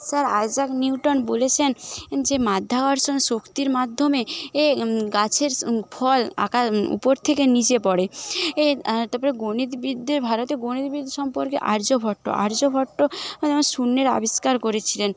sir Isaac Newton বলেছেন যে মাধ্যাকর্ষণ শক্তির মাধ্যমে এ গাছের ফল উপর থেকে নিচে পড়ে এ তারপরে গণিতবিদদের ভারতের গণিতবিদ সম্পর্কে আর্যভট্ট আর্যভট্ট শূন্যের আবিষ্কার করেছিলেন